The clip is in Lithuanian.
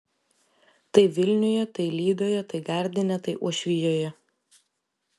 tai vilniuje tai lydoje tai gardine tai uošvijoje